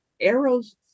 arrows